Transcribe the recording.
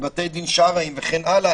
בבתי דין שרעיים וכן הלאה,